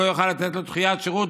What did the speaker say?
הוא לא יוכל לתת לו דחיית שירות,